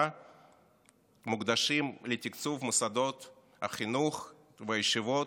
מוקדשים לתקצוב מוסדות החינוך והישיבות,